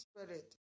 Spirit